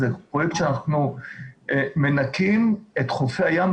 זה פרויקט שאנחנו מנקים את חופי הים,